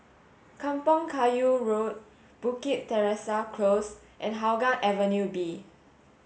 Kampong Kayu Road Bukit Teresa Close and Hougang Avenue B